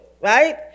right